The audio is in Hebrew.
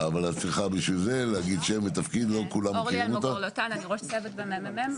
אני אורלי אלמגור לוטן, אני ראש צוות בממ"מ.